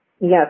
Yes